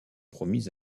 promis